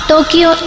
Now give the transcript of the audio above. Tokyo